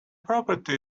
property